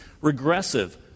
regressive